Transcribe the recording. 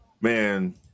man